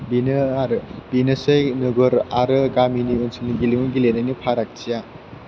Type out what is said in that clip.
बेनो आरो बेनोसै नोगोर आरो गामिनि ओनसोलनि गेलेमु गेलेनायनि फारागथिया